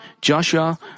Joshua